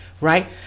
right